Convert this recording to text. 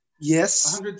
yes